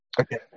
Okay